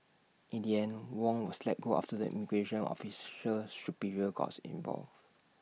in the end Wong was let go after the immigration officer's superior gots involved